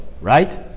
right